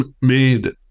made